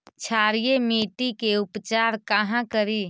क्षारीय मिट्टी के उपचार कहा करी?